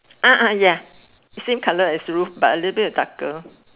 ah ya same colour as the roof but a little bit darker